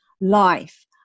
life